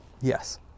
Yes